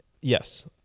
Yes